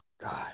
God